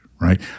right